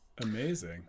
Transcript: amazing